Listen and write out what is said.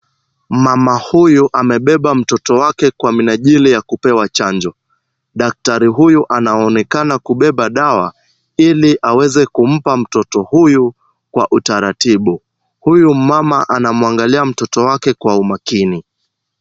Mama huyu amebeba mtoto wake kwa minajili ya kupewa chanjo. Daktari huyu anaonekana kubeba dawa ili aweze kumpa mtoto huyu kwa utaratibu. Huyu mama anamwangalia mtoto wake kwa umakini.